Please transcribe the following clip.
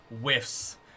whiffs